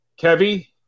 Kevy